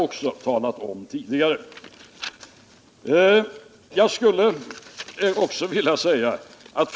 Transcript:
Också det har jag talat om tidigare.